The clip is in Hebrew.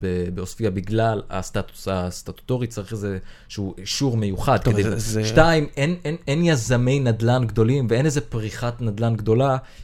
באוספיה, בגלל הסטטוס הסטטוטורי צריך איזשהו אישור מיוחד. שתיים, אין יזמי נדלן גדולים ואין איזה פריחת נדלן גדולה.